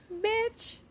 bitch